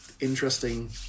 interesting